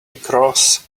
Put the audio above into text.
across